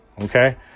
okay